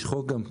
יש גם חוק.